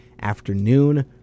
afternoon